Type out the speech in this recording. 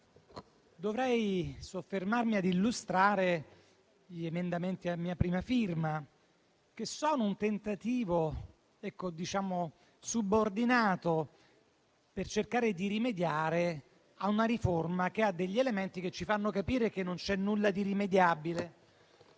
dovrei soffermarmi ad illustrare gli emendamenti a mia prima firma che sono un tentativo subordinato di rimediare a una riforma che ha degli elementi che ci fanno capire che non c'è nulla di irimediabile